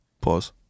Pause